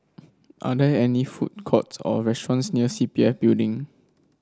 are there any food courts or restaurants near C P F Building